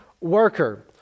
worker